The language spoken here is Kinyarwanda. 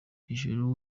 ijuru